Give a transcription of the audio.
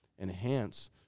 enhance